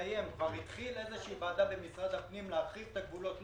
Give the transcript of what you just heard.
כבר התחילה עבודה בוועדה במשרד הפנים להרחיב את הגבולות.